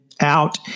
Out